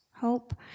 hope